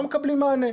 ולא מקבלים מענה.